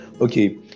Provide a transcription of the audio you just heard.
okay